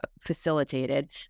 facilitated